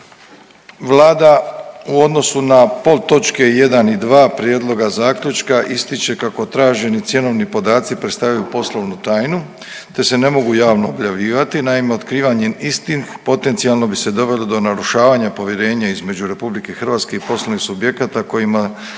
Vlada u odnosu na podtočke 1. i 2. prijedloga zaključka ističe kako traženi cjenovni podaci predstavljaju poslovnu tajnu te se ne mogu javno objavljivati. Naime, otkrivanjem istih potencijalno bi se dovelo do narušavanja povjerenja između RH i poslovnih subjekata koja